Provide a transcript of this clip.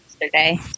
yesterday